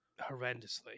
horrendously